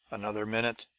another minute,